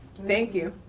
thank you.